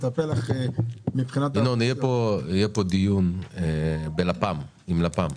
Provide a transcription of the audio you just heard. יהיה פה דיון עם לפ"מ,